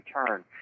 return